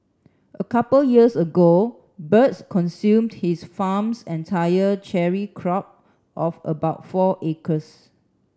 a couple years ago birds consumed his farm's entire cherry crop of about four acres